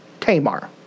Tamar